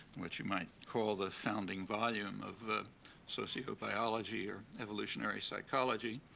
what you might call the founding volume of the sociobiology, or evolutionary psychology.